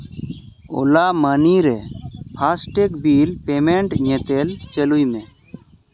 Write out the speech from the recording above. ᱳᱞᱟ ᱢᱟᱹᱱᱤ ᱨᱮ FASTag bill payment ᱧᱮᱛᱮᱞ ᱪᱟᱹᱞᱩᱭ ᱢᱮ